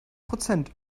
prozent